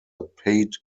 paid